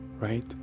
right